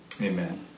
Amen